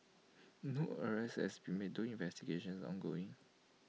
no arrests has been made though investigations are ongoing